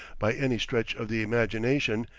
by any stretch of the imagination,